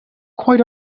quite